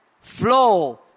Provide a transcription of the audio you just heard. flow